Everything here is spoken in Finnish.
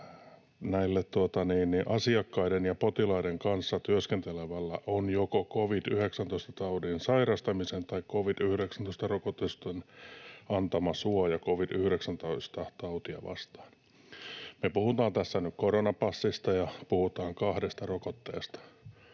että asiakkaiden ja potilaiden kanssa työskentelevällä on joko covid‑19-taudin sairastamisen tai covid‑19-rokotusten antama suoja covid‑19-tautia vastaan. Me puhumme tässä nyt koronapassista ja puhumme kahdesta rokotteesta.